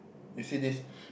you see this